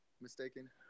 mistaken